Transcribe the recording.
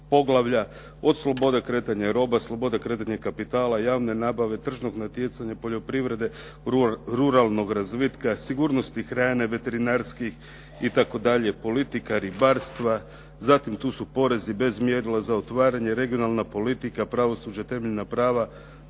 od slobode kretanja roba, slobode kretanja kapitala, javne nabave, tržnog natjecanja, poljoprivrede, ruralnog razvitka, sigurnosti hrane, veterinarskih i tako dalje politika, ribarstva, zatim tu si porezi bez mjerila za otvaranje, regionalna politika, pravosuđe, temeljna prava,